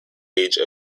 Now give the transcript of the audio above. age